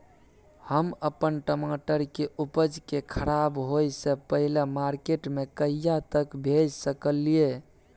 हम अपन टमाटर के उपज के खराब होय से पहिले मार्केट में कहिया तक भेज सकलिए?